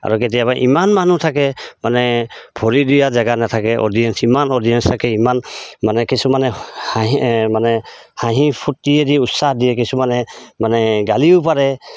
আৰু কেতিয়াবা ইমান মানুহ থাকে মানে ভৰি দিয়া জেগা নাথাকে অ'ডিয়েঞ্চ ইমান অ'ডিয়েঞ্চ থাকে ইমান মানে কিছুমানে হাঁহি মানে হাঁহি ফুৰ্তি দি উৎসাহ দিয়ে কিছুমানে মানে গালিও পাৰে